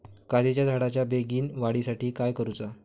काजीच्या झाडाच्या बेगीन वाढी साठी काय करूचा?